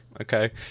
okay